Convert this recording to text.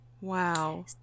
Wow